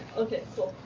okay. cool.